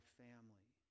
family